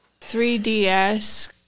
3DS